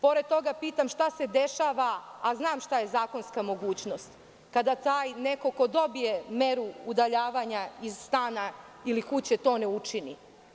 Pored toga pitam -šta se dešava, a znam šta je zakonska mogućnost, kada taj neko ko dobije meru udaljavanja iz stana ili kuće to ne učini?